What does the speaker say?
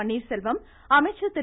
பன்னீர்செல்வம் அமைச்சர் திரு